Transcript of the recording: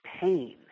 pain